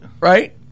right